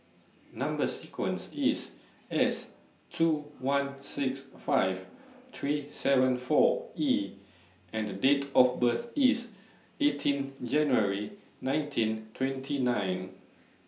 Number sequence IS S two one six five three seven four E and Date of birth IS eighteen January nineteen twenty nine